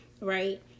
Right